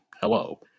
hello